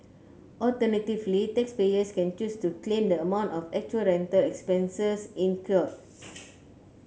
alternatively taxpayers can choose to claim the amount of actual rental expenses incurred